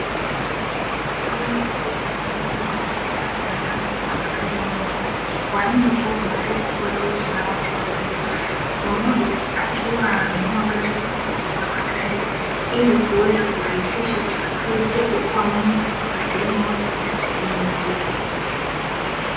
Jengo kubwa lililojengwa kwa kisasa ndani kuna magari mengi kwa nje kulikuwa kuna gari kubwa jeusi na watu wawili mmoja akiwa ana nunua kutoka kwa wauza magari ili kuweza kurahisisha usafiri pia kuokoa muda kutoka sehemu moja kwenda sehemu nyingine.